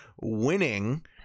winning